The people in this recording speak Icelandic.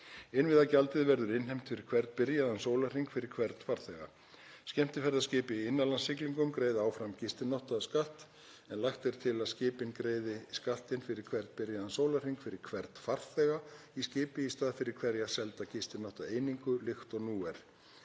Innviðagjaldið verður innheimt fyrir hvern byrjaðan sólarhring fyrir hvern farþega. Skemmtiferðaskip í innanlandssiglingum greiða áfram gistináttaskatt en lagt er til að skipin greiði skattinn fyrir hvern byrjaðan sólarhring fyrir hvern farþega í skipi í stað fyrir hverja selda gistináttaeiningu líkt og nú er.